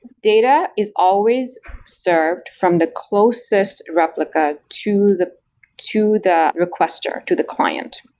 data is always served from the closest replica to the to the requester, to the client.